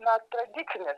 na tradicinės